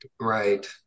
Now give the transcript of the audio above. right